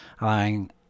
allowing